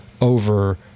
over